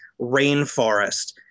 rainforest